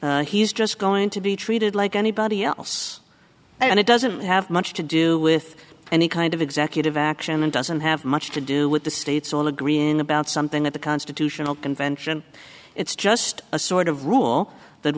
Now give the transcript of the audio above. he's just going to be treated like anybody else and it doesn't have much to do with any kind of executive action and doesn't have much to do with the states all agreeing about something that the constitutional convention it's just a sort of rule that